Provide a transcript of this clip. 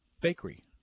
bakery